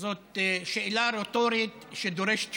זו שאלה רטורית שדורשת תשובה?